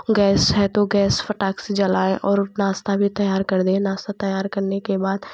gas है तो gas फटाक से जलाएँ और नाश्ता भी तैयार कर देना नाश्ता तैयार करने के बाद